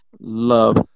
love